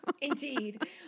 indeed